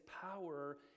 power